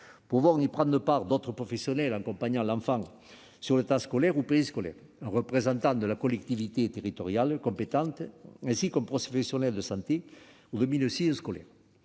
Pourront y prendre part d'autres professionnels accompagnant l'enfant sur le temps scolaire ou périscolaire, un représentant de la collectivité territoriale compétente, ainsi qu'un professionnel de santé ou de la médecine scolaire.